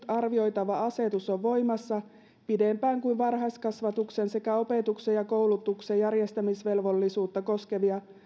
arvioitava asetus on voimassa pidempään kuin varhaiskasvatuksen sekä opetuksen ja koulutuksen järjestämisvelvollisuutta koskevista